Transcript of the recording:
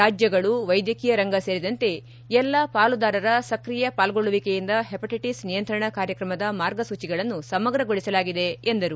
ರಾಜ್ಜಗಳು ವೈದ್ಯಕೀಯರಂಗ ಸೇರಿದಂತೆ ಎಲ್ಲ ಪಾಲುದಾರರ ಸಕ್ರಿಯ ಪಾಲ್ಗೊಳ್ಳುವಿಕೆಯಿಂದ ಹೆಪಾಟೈಟಸ್ ನಿಯಂತ್ರಣ ಕಾರ್ಯಕ್ರಮದ ಮಾರ್ಗಸೂಚಿಗಳನ್ನು ಸಮಗ್ರಗೊಳಿಸಲಾಗಿದೆ ಎಂದರು